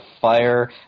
fire